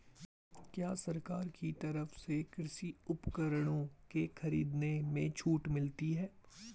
क्या सरकार की तरफ से कृषि उपकरणों के खरीदने में छूट मिलती है?